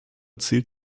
zählt